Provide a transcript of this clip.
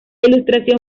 ilustración